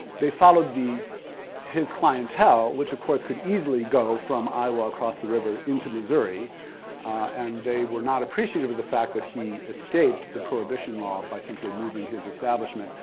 they followed his clientele, which of course could easily go from iowa, across the river, into missouri and they were not appreciative of the fact that he escaped the prohibition law by simply moving his establishment.